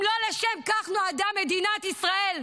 אם לא לשם כך נועדה מדינת ישראל,